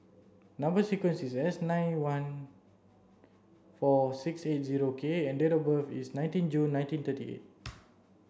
number sequence is S nine one four six eight zero K and date of birth is nineteen June nineteen thirty eight